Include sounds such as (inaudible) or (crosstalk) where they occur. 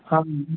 (unintelligible)